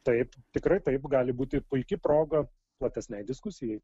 taip tikrai taip gali būti puiki proga platesnei diskusijai